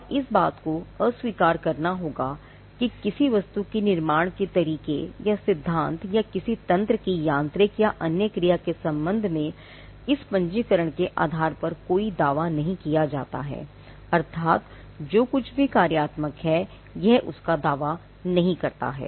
और इस बात को अस्वीकार करना होगा कि किसी वस्तु के निर्माण के तरीके या सिद्धांत या किसी तंत्र की यांत्रिक या अन्य क्रिया के संबंध में इस पंजीकरण के आधार पर कोई दावा नहीं किया जाता है अर्थात जो कुछ भी कार्यात्मक हैयह उसका दावा नहीं करता है